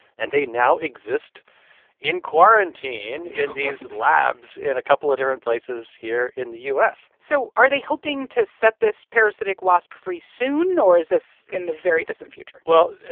and they now exist in quarantine. what. in these labs in a couple of different places here in the u s so are they hoping to set this parasitic wasp free soon? or is this in the very distant future? well,